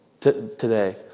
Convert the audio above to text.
Today